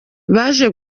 baje